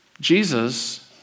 Jesus